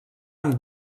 amb